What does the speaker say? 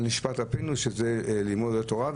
על נשמת אפנו שזה לימוד התורה.